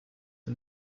and